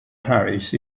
parish